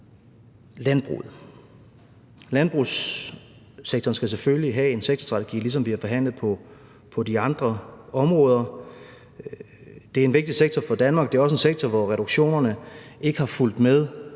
landbruget. Landbrugssektoren skal selvfølgelig have en sektorstrategi, ligesom vi har forhandlet det på de andre områder. Det er en vigtig sektor for Danmark, og det er også en sektor, hvor reduktionerne ikke har fulgt med